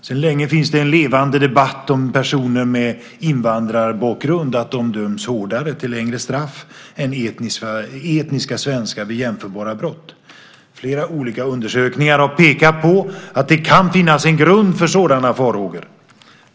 Sedan länge finns det en levande debatt om att personer med invandrarbakgrund döms hårdare och till längre straff än etniska svenskar vid jämförbara brott. Flera olika undersökningar har pekat på att det kan finnas en grund för sådana farhågor.